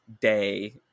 day